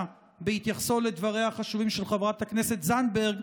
בהתייחסו לדבריה החשובים של חברת הכנסת זנדברג,